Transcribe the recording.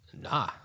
Nah